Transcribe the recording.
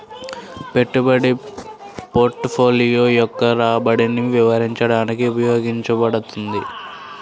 పెట్టుబడి పోర్ట్ఫోలియో యొక్క రాబడిని వివరించడానికి ఉపయోగించబడుతుంది